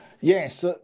Yes